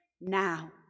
now